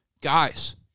guys